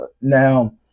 now